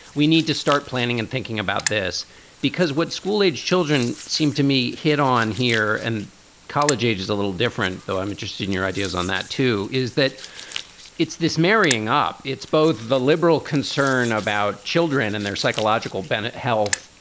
we need to start planning and thinking about this because what school age children seemed to me hit on here and college age is a little different, though. i'm interested in your ideas on that, too. is that it's this marrying up. it's both the liberal concern about children and their psychological bennett health.